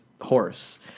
horse